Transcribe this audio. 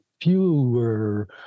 fewer